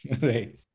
Right